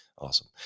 Awesome